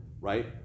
right